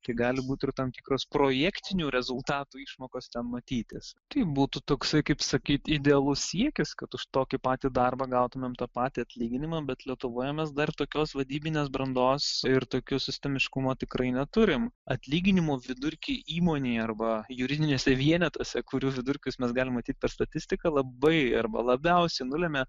tai gali būti ir tam tikros projektinių rezultatų išmokos ten matytis tai būtų toksai kaip sakyt idealus siekis kad už tokį patį darbą gautumėm tą patį atlyginimą bet lietuvoje mes dar tokios vadybinės brandos ir tokio sistemiškumo tikrai neturim atlyginimų vidurkiai įmonėje arba juridiniuose vienetuose kurių vidurkius mes galim matyt per statistiką labai arba labiausiai nulemia